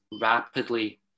rapidly